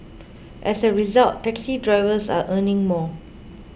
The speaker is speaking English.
as a result taxi drivers are earning more